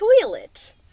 toilet